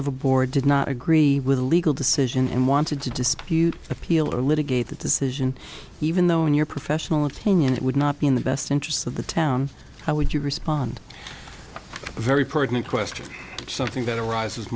of a board did not agree with a legal decision and wanted to dispute appeal or litigate the decision even though in your professional opinion it would not be in the best interests of the town how would you respond very pertinent questions something that arises